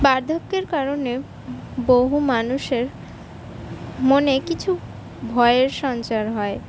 বার্ধক্যের কারণে বহু মানুষের মনে কিছু ভয়ের সঞ্চার হয়